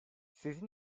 sizin